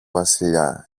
βασιλιά